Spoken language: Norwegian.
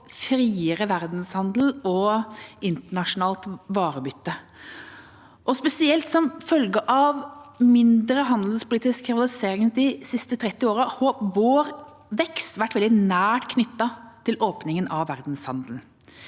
friere verdenshandel og internasjonalt varebytte. Spesielt som følge av mindre handelspolitisk rivalisering de siste 30 årene har vår vekst vært veldig nært knyttet til åpningen av verdenshandelen.